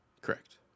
correct